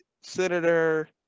senator